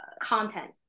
content